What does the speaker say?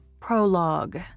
Prologue